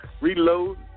reload